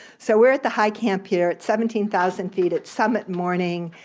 so we're at the high camp here at seventeen thousand feet. it's summit morning,